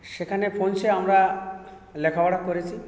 সেখানে পৌঁছে আমরা লেখাপড়া করেছি